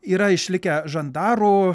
yra išlikę žandarų